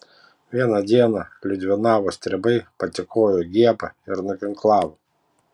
vieną dieną liudvinavo stribai patykojo giebą ir nuginklavo